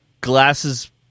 Glasses